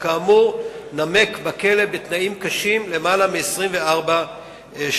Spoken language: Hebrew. שכאמור נמק בכלא בתנאים קשים יותר מ-24 שנים.